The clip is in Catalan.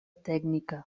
tècnica